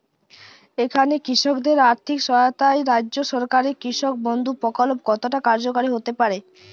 এখানে কৃষকদের আর্থিক সহায়তায় রাজ্য সরকারের কৃষক বন্ধু প্রক্ল্প কতটা কার্যকরী হতে পারে?